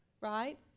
right